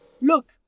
Look